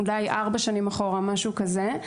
אולי ארבע שנים אחורה או משהו כזה.